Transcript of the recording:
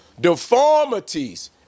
deformities